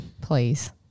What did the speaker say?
Please